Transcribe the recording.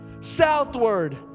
southward